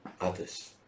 others